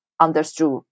understood